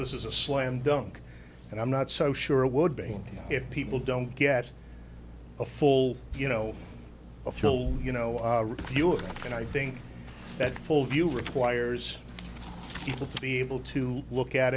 this is a slam dunk and i'm not so sure it would be if people don't get a full you know a film you know review and i think that full view requires you to be able to look at